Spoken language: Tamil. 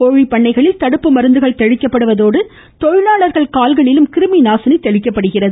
கோழிப்பண்ணைகளில் த டுப்பு மருந்துகள் தெளிக்கப்படுவதோடு தொழிலாளர்கள் கால்களிலும் கிருமிநாசினி தெளிக்கப்படுகிறது